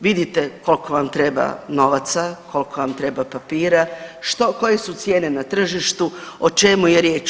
Vidite koliko vam treba novaca, koliko vam treba papira, što, koje su cijene na tržištu, o čemu je riječ.